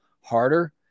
harder